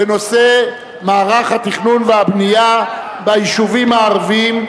בנושא מערך התכנון והבנייה ביישובים הערביים,